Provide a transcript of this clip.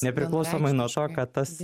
nepriklausomai nuo to kad tas